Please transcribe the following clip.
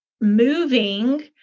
moving